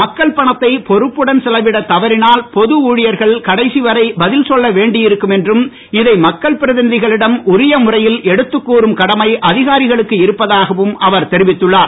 மக்கள் பணத்தை பொறுப்புடன் செலவிட தவறினால் பொது ஊழியர்கள் கடைசிவரை பதில் சொல்ல வேண்டி இருக்கும் என்றும் இதை மக்கள் பிரதிநிதிகளிடம் உரிய முறையில் எடுத்துக் கூறும் கடமை அதிகாரிகளுக்கு இருப்பதாகவும் அவர் தெரிவித்துள்ளார்